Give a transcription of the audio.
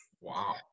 Wow